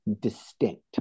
distinct